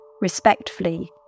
respectfully